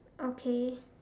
okay